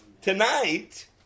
Tonight